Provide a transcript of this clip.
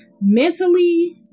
mentally